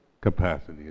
capacity